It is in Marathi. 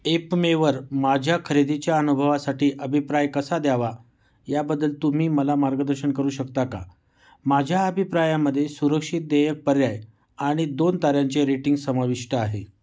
एपमेवर माझ्या खरेदीच्या अनुभवासाठी अभिप्राय कसा द्यावा याबदल तुम्ही मला मार्गदर्शन करू शकता का माझ्या अभिप्रायामध्ये सुरक्षित देयक पर्याय आणि दोन ताऱ्यांचे रेटिंग समाविष्ट आहे